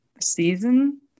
season